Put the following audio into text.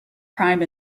crime